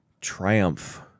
triumph